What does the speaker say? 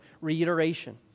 reiteration